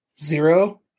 Zero